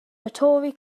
rotary